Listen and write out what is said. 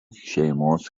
šeimos